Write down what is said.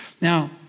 Now